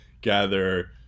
gather